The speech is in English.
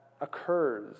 occurs